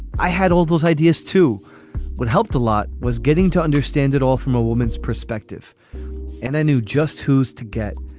i had all those ideas too what helped a lot was getting to understand it all from a woman's perspective and i knew just who's to get.